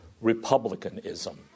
republicanism